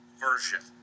version